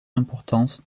importance